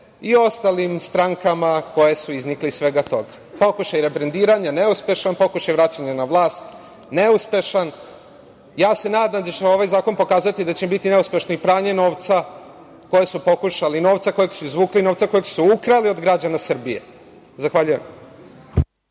i ostalim strankama koje su iznikle iz svega toga. Pokušaj rebrendiranja, neuspešan. Pokušaj vraćanja na vlast, neuspešan. Nadam se da će ovaj zakon pokazati da će biti neuspešno i pranje novca koji su izvukli, novca koji su ukrali od građana Srbije. Zahvaljujem.